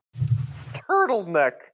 turtleneck